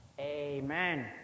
Amen